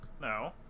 No